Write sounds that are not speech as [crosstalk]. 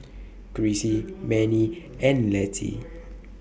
[noise] Crissy Mannie and Mettie